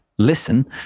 Listen